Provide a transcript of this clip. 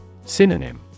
Synonym